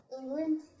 England